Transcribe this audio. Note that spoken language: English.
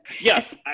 Yes